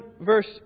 verse